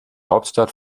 hauptstadt